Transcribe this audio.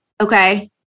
Okay